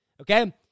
okay